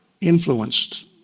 influenced